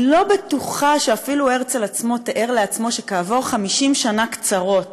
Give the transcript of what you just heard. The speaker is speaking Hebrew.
אני לא בטוחה שאפילו הרצל עצמו תיאר לעצמו שכעבור 50 שנה קצרות,